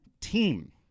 team